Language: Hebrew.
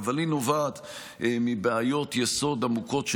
אבל היא נובעת מבעיות יסוד עמוקות,